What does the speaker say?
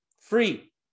free